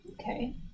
Okay